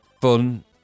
fun